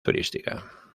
turística